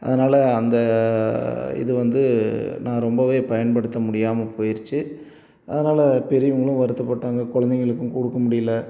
அதனால அந்த இது வந்து நான் ரொம்ப பயன்டுத்த முடியாமல் போயிடுச்சு அதனால் பெரியவங்களும் வருத்தப்பட்டாங்க குழந்தைங்களுக்கும் கொடுக்க முடியல